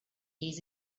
years